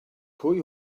pwy